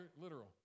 literal